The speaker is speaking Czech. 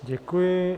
Děkuji.